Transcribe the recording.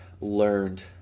learned